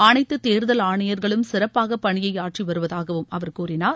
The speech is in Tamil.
அனைத்து தேர்தல் ஆணையர்களும் சிறப்பாக பணியை ஆற்றிவருவதாக அவர் கூறினார்